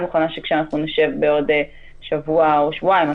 אני מוכנה שכשאנחנו נשב בעוד שבוע או שבועיים,